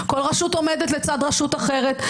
כל רשות עומדת לצד רשות אחרת,